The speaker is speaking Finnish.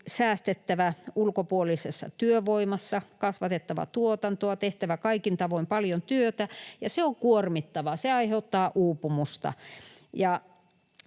säästettävä ulkopuolisessa työvoimassa, kasvatettava tuotantoa, tehtävä kaikin tavoin paljon työtä, ja se on kuormittavaa, se aiheuttaa uupumusta.